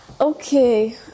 Okay